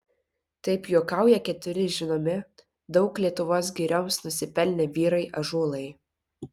taip juokauja keturi žinomi daug lietuvos girioms nusipelnę vyrai ąžuolai